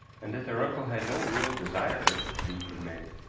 and that their uncle had no real desire to be cremated